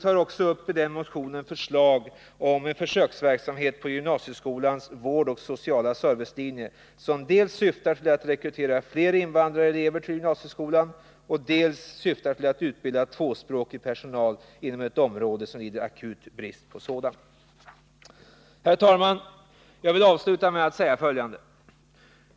Vi föreslår också en försöksverksamhet på gymnasieskolans vårdoch sociala servicelinje, som syftar till dels att rekrytera fler invandrarelever till gymnasieskolan, dels att utbilda tvåspråkig personal inom ett område som lider akut brist på sådan. Herr talman! Jag vill avsluta med att säga följande.